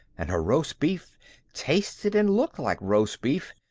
and her roast beef tasted and looked like roast beef,